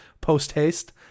post-haste